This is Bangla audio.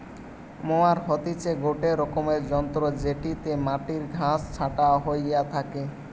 মোয়ার হতিছে গটে রকমের যন্ত্র জেটিতে মাটির ঘাস ছাটা হইয়া থাকে